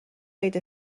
عید